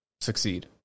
succeed